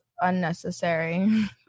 unnecessary